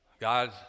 God